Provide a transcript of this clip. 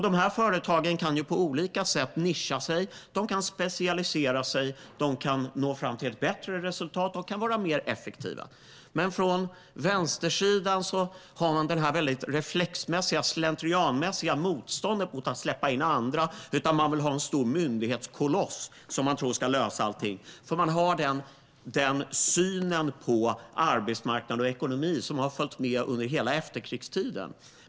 Dessa företag kan på olika sätt nischa sig och specialisera sig. De kan nå ett bättre resultat och vara mer effektiva. Men från vänstersidan har man ett reflexmässigt, slentrianmässigt motstånd mot att släppa in andra. Man vill ha en stor myndighetskoloss som man tror ska lösa allting, för man har den syn på arbetsmarknad och ekonomi som har följt med under hela efterkrigstiden.